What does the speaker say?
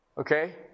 okay